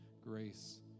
grace